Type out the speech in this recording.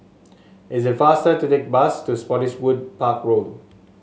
is it faster to take the bus to Spottiswoode Park Road